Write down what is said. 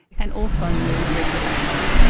and also mood regulation.